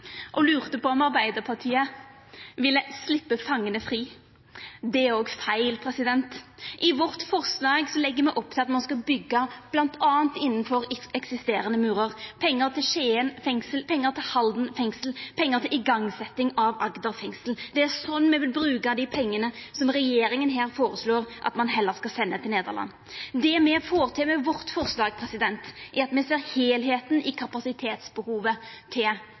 og lurte på om Arbeidarpartiet ville sleppa fangane fri. Det er òg feil. I vårt forslag legg me opp til at me skal byggja bl.a. innanfor eksisterande murar – pengar til Skien fengsel, pengar til Halden fengsel, pengar til igangsetjing av Agder fengsel. Det er slik me vil bruka dei pengane som regjeringa her føreslår at ein heller skal senda til Nederland. Det me får til med vårt forslag, er at me ser heilskapen i kapasitetsbehovet til